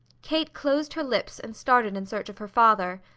kate closed her lips and started in search of her father.